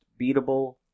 beatable